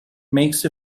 makes